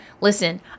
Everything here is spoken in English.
listen